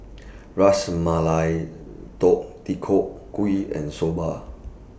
Ras Malai Deodeok Gui and Soba